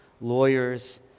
lawyers